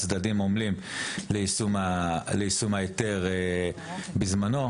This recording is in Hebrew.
הצדדים עמלים ליישום ההיתר בזמנו.